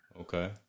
Okay